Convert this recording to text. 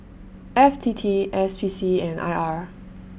F T T S P C and I R